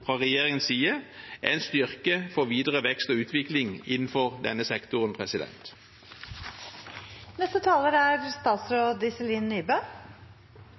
fra regjeringens side er en styrke for videre vekst og utvikling innenfor denne sektoren.